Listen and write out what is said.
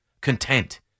Content